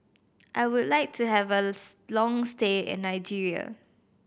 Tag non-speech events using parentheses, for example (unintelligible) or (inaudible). I would like to have a (unintelligible) long stay in Nigeria